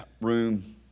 room